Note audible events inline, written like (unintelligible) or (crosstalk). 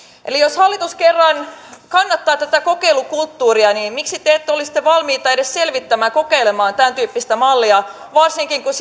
eli jos hallitus kerran kannattaa tätä kokeilukulttuuria niin miksi te ette ole sitten valmiita edes selvittämään ja kokeilemaan tämän tyyppistä mallia varsinkin kun (unintelligible)